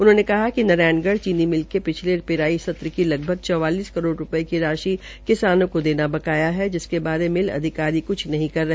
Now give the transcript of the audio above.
उन्होंने कहा कि नारायणगढ़ चीनी मिल के पिछले पिराई सत्र की लगभग चौवालिस करोड़ रूपये की राशि किसानों को देना बकाया है जिसके बारे मिल अधिकारियों कुछ नहीं कर रहे